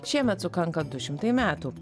šiemet sukanka du šimtai metų